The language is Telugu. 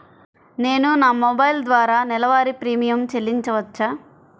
నేను నా మొబైల్ ద్వారా నెలవారీ ప్రీమియం చెల్లించవచ్చా?